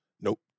Nope